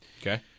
Okay